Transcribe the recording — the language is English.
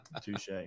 Touche